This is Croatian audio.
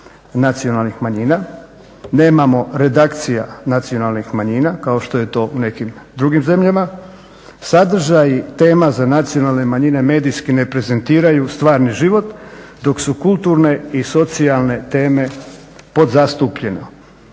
nacionalnih manjina, nemamo redakcija nacionalnih manjina kao što je to u nekim drugim zemljama. Sadržaji i tema za nacionalne manjine medijski ne prezentiraju stvarni život, dok su kulturne i socijalne teme podzastupljene.